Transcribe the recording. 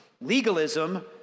legalism